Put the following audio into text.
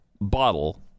bottle